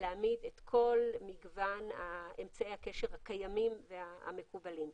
להעמיד את כל מגוון אמצעי הקשר הקיימים והמקובלים.